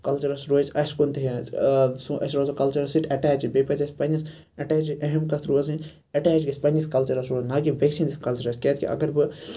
کَلچَرَس روزِ اسہِ کُن تہِ ہیٚس سون أسۍ روزو کَلچَرَس سۭتۍ ایٚٹیچِڈ بیٚیہِ پَزِ اَسہِ پَننِس ایٚٹیچِڈ اہم کَتھ روزٕنۍ اَٹیچ گَژھِ پَننِس کَلچَرَس روزُن نہَ کہِ بٮ۪کہِ سٕندِس کَلچَرَس کیازِ کہِ اَگَر بہٕ